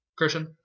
Christian